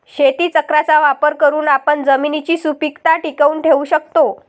शेतीचक्राचा वापर करून आपण जमिनीची सुपीकता टिकवून ठेवू शकतो